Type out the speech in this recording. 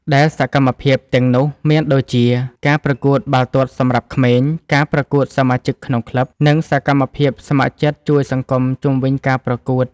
ដែលសកម្មភាពទាំងនោះមានដូចជា ការប្រកួតបាល់ទាត់សម្រាប់ក្មេង ការប្រកួតសមាជិកក្នុងក្លឹប និងសកម្មភាពស្ម័គ្រចិត្តជួយសង្គមជុំវិញការប្រកួត។